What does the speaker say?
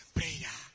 prayer